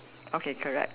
okay correct